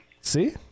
See